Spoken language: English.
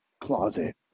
closet